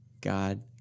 God